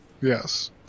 Yes